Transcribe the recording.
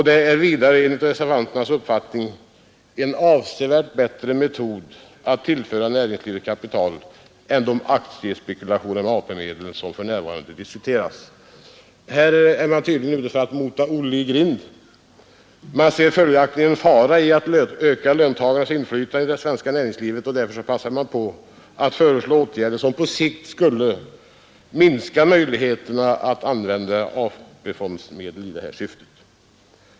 Det är vidare enligt utskottets uppfattning en avsevärt bättre metod att tillföra näringslivet kapital än de aktiespekulationer med AP-medel, som för närvarande diskuteras.” Här är man tydligen ute efter att mota Olle i grind. Man ser en fara i att öka löntagarnas inflytande i det svenska näringslivet, och därför passar man nu på att föreslå åtgärder som på sikt skulle minska möjligheterna att använda AP-fonderna i detta syfte.